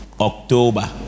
October